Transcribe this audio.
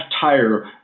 tire